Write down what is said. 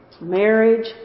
marriage